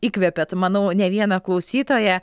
įkvėpėt manau ne vieną klausytoją